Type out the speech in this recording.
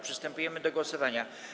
Przystępujemy do głosowania.